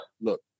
Look